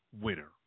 winner